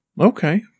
Okay